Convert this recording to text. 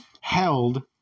held